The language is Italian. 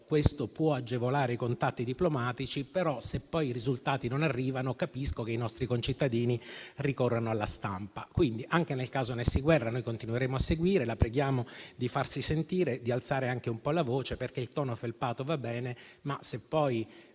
questo può agevolare i contatti diplomatici. Se però poi i risultati non arrivano, capisco che i nostri concittadini ricorrano alla stampa. Anche nel caso di Nessy Guerra, quindi, continueremo a seguire la vicenda. La preghiamo di farsi sentire e di alzare anche un po' la voce, perché il tono felpato va bene, ma, se poi